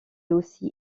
aussi